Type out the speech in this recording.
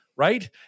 Right